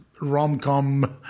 rom-com